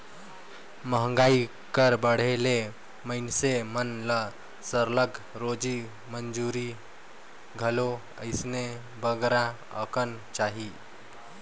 मंहगाई कर बढ़े ले मइनसे मन ल सरलग रोजी मंजूरी घलो अइसने बगरा अकन चाही